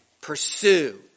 pursue